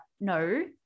no